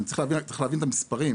צריך להבין,